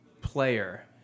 player